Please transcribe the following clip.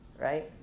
right